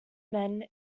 men